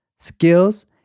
skills